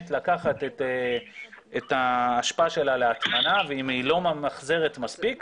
לקחת את האשפה שלה להטמנה והיא לא ממחזרת מספיק,